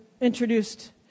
introduced